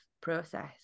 process